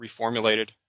reformulated